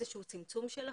איזשהו צמצום של החוב,